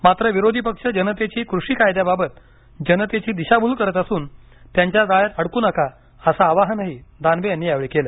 मात्र विरोधी पक्ष जनतेची कृषी कायद्याबाबत दिशाभूल करत असून त्यांच्या जाळ्यात अडकू नका असं आवाहन दानवे यांनी या वेळी केलं